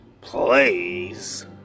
please